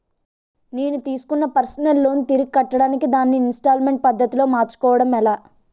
నేను తిస్కున్న personal loan తిరిగి కట్టడానికి దానిని ఇంస్తాల్మేంట్ పద్ధతి లో మార్చుకోవడం ఎలా?